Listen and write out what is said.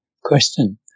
Question